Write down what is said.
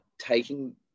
taking